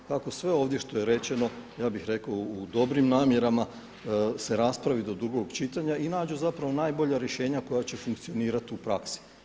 Tako sve ovdje što je rečeno ja bih rekao u dobrim namjerama se raspravi do drugog čitanja i nađu zapravo najbolja rješenja koja će funkcionirati u praksi.